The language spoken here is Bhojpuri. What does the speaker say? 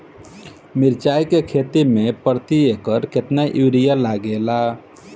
मिरचाई के खेती मे प्रति एकड़ केतना यूरिया लागे ला?